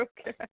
okay